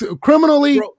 Criminally